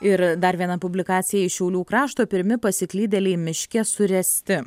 ir dar viena publikacija iš šiaulių krašto pirmi pasiklydėliai miške suresti